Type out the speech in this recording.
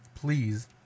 Please